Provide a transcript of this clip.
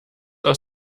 aus